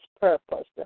purpose